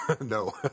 No